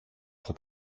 pour